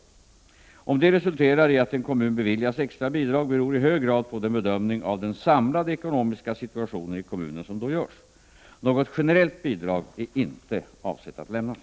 Om detta resulterar i att en kommun beviljas extra bidrag beror i hög grad på den bedömning av den samlade ekonomiska situationen i kommunen som då görs. Något generellt bidrag är inte avsett att lämnas.